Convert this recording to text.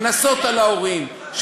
קנסות על ההורים,